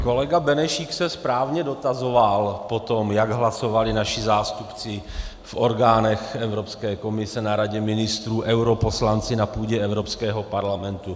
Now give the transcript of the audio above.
Kolega Benešík se správně dotazoval po tom, jak hlasovali naši zástupci v orgánech Evropské komise, na Radě ministrů, europoslanci na půdě Evropského parlamentu.